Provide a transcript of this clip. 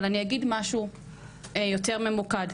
אבל אני אגיד משהו יותר ממוקד,